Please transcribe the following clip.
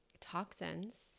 toxins